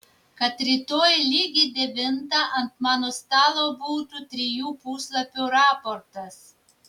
kad rytoj lygiai devintą ant mano stalo būtų trijų puslapių raportas